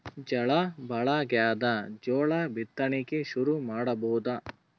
ಝಳಾ ಭಾಳಾಗ್ಯಾದ, ಜೋಳ ಬಿತ್ತಣಿಕಿ ಶುರು ಮಾಡಬೋದ?